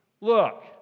Look